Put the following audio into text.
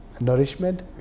nourishment